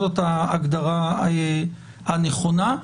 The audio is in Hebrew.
זאת ההגדרה הנכונה.